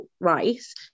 rice